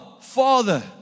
Father